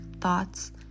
thoughts